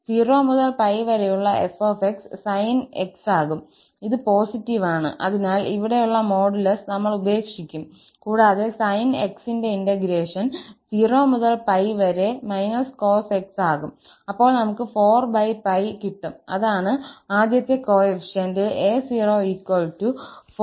0 മുതൽ 𝜋 വരെയുള്ള 𝑓𝑥 sin𝑥 ആകും ഇത് പോസിറ്റീവാണ് അതിനാൽ ഇവിടെയുള്ള മോഡുലസ് നമ്മൾ ഉപേക്ഷിക്കും കൂടാതെ sin𝑥 ന്റെ ഇന്റഗ്രേഷൻ 0 മുതൽ 𝜋 വരെ −cos𝑥 ആകും അപ്പോൾ നമുക് 4𝜋 കിട്ടും അതാണ് ആദ്യത്തെ കോഎഫിഷ്യന്റ് 𝑎04𝜋